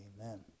Amen